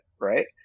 right